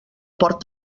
port